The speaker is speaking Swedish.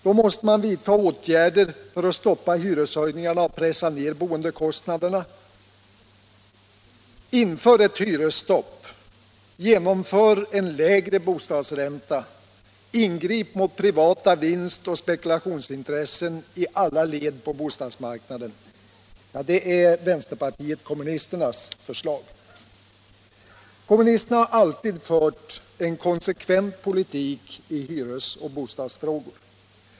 Man måste då vidta åtgärder för att stoppa hyreshöjningarna och pressa ned bostadskostnaderna. Inför ett hyresstopp, genomför en lägre bostadsränta, ingrip mot privata vinstoch spekulationsintressen i alla led på bostadsmarknaden! Det är vänsterpartiet kommunisternas förslag. Kommunisterna har alltid fört en konsekvent politik i hyresoch bostadsfrågor.